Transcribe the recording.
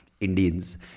Indians